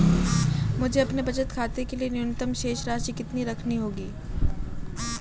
मुझे अपने बचत खाते के लिए न्यूनतम शेष राशि कितनी रखनी होगी?